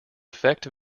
effect